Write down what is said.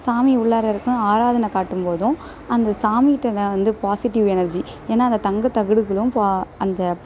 சாமி உள்ளார இருக்கும் ஆராதனை காட்டும் போதும் அந்த சாமிகிட்ட எதாக வந்து பாசிட்டிவ் எனர்ஜி ஏன்னால் அங்கே தங்கத்தகடுகளும் பா அந்த